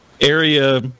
area